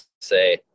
say